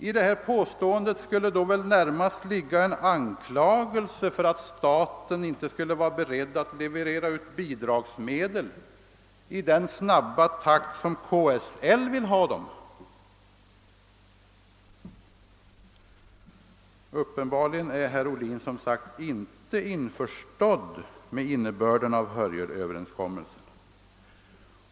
I detta påstående skulle väl då närmast ligga en anklagelse för att staten inte skulle vara beredd att leverera bidragsmedel i den snabba takt som KSL vill ha dem. Uppenbarligen är herr Ohlin, som sagt, inte införstådd med innebörden av Hörjelöverenskommelsen.